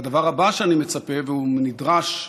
והדבר הבא שאני מצפה, והוא נדרש מאוד,